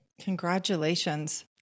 Congratulations